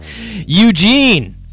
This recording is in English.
Eugene